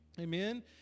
Amen